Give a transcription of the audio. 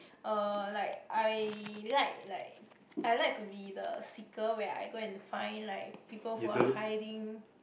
uh like I like like I like to be the seeker where I go and like people who are hiding